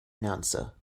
announcer